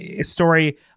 story